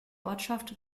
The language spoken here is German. ortschaft